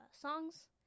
songs